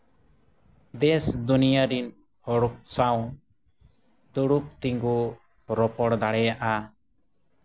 ᱫᱮᱥ ᱫᱩᱱᱤᱭᱟᱹ ᱨᱮᱱ ᱦᱚᱲ ᱥᱟᱶ ᱫᱩᱲᱩᱵ ᱛᱤᱸᱜᱩ ᱨᱚᱯᱚᱲ ᱫᱟᱲᱮᱭᱟᱜᱼᱟ